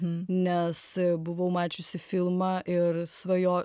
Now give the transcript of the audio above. nes buvau mačiusi filmą ir svajo